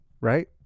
Right